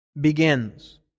begins